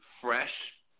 fresh